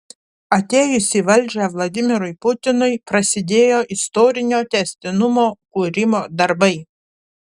atėjus į valdžią vladimirui putinui prasidėjo istorinio tęstinumo kūrimo darbai